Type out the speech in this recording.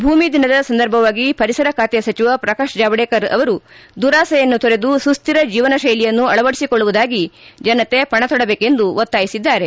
ಭೂಮಿ ದಿನದ ಸಂದರ್ಭವಾಗಿ ಪರಿಸರ ಖಾತೆ ಸಚಿವ ಪ್ರಕಾಶ್ ಜಾವಡೇಕರ್ ಅವರು ದುರಾಸೆಯನ್ನು ತೊರೆದು ಸುಸ್ಥಿರ ಜೀವನ ಶೈಲಿಯನ್ನು ಅಳವಡಿಸಿಕೊಳ್ಳುವುದಾಗಿ ಜನತೆ ಪಣತೊಡಬೇಕೆಂದು ಒತ್ತಾಯಿಸಿದ್ದಾರೆ